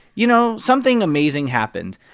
you know, something amazing happened.